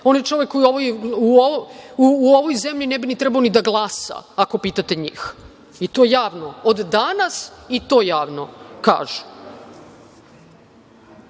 On je čovek koji u ovoj zemlji ne bi ni trebao da glasa, ako pitate njih. I to javno, od danas i to javno, kažu. Samo